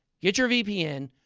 get your vpn,